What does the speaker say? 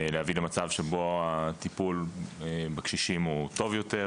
להביא למצב שבו הטיפול בקשישים יהיה טוב יותר,